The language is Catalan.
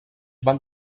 van